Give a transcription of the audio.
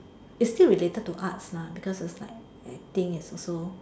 it's still related to arts lah because it's like acting is also